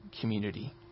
community